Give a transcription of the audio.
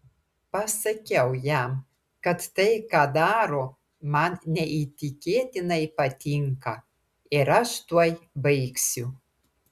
pasakiau jam kad tai ką daro man neįtikėtinai patinka ir aš tuoj baigsiu